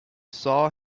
saw